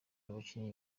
abakinnyi